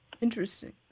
Interesting